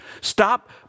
Stop